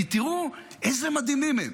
כי תראו איזה מדהימים הם.